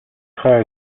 frères